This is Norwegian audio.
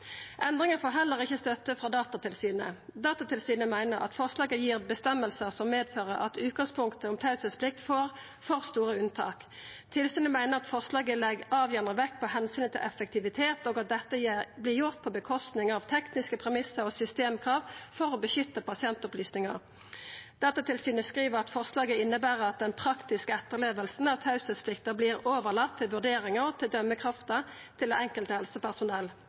får heller ikkje støtte frå Datatilsynet. Datatilsynet meiner at forslaget gir føresegner som medfører at utgangspunktet om teieplikt får for store unntak. Tilsynet meiner at forslaget legg avgjerande vekt på omsynet til effektivitet, og at dette vert gjort på kostnad av tekniske premissar og systemkrav for å beskytta pasientopplysningar. Datatilsynet skriv at forslaget inneber at den praktiske etterlevinga av teieplikta vert overlate til vurderinga og til dømekrafta til det enkelte helsepersonell.